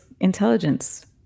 intelligence